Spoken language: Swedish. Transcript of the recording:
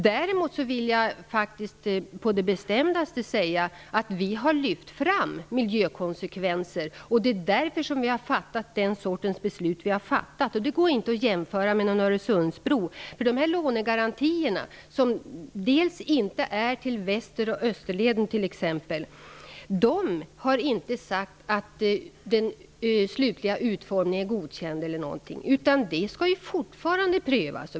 Däremot vill jag faktiskt på det bestämdaste säga att vi har lyft fram miljökonsekvenserna, och det är därför vi har fattat sådana beslut som vi har fattat. Detta går inte att jämföra med någon Öresundsbro! De lånegarantier som ges, och som inte gäller för exempelvis Väster och Österleden, innebär inte att den slutliga utformningen är godkänd, utan det skall fortfarande prövas.